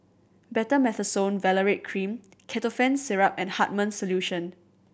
Betamethasone Valerate Cream Ketotifen Syrup and Hartman's Solution